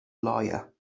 lawyer